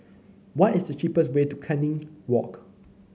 what is the cheapest way to Canning Walk